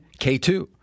K2